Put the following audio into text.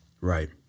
right